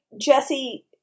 Jesse